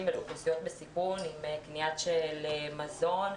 ולאוכלוסיות בסיכון עם קנייה של מזון,